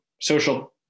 social